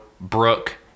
Brooke